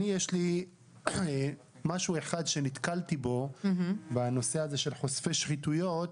יש לי דבר אחד שנתקלתי בו בנוגע לחושפי שחיתויות,